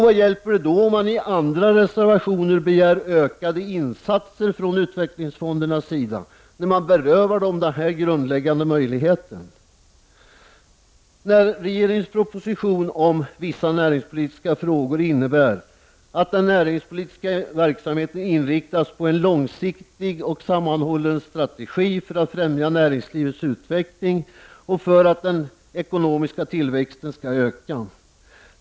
Vad hjälper det då om man i andra reservationer begär ökade insatser ifrån utvecklingsfondernas sida när man berövar dem denna grundläggande möjlighet? Regeringens proposition om vissa näringspolitiska frågor innebär att den näringspolitiska verksamheten inriktas på en långsiktig och sammanhållen strategi för att främja näringslivets utveckling och för att den ekonomiska tillväxten skall öka.